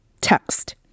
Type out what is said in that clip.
text